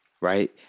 right